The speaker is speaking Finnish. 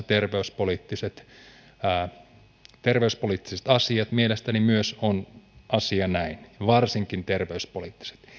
terveyspoliittiset asiat mielestäni myös on asia näin varsinkin terveyspoliittiset